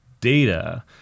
data